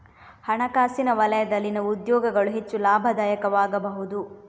ಹಣಕಾಸಿನ ವಲಯದಲ್ಲಿನ ಉದ್ಯೋಗಗಳು ಹೆಚ್ಚು ಲಾಭದಾಯಕವಾಗಬಹುದು